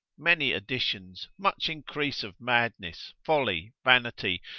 many additions, much increase of madness, folly, vanity,